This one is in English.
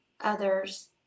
others